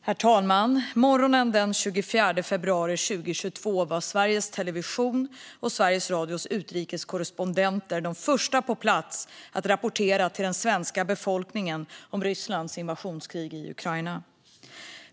Herr talman! Morgonen den 24 februari 2022 var Sveriges Televisions och Sveriges Radios utrikeskorrespondenter de första på plats för att rapportera till den svenska befolkningen om Rysslands invasionskrig i Ukraina.